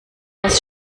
was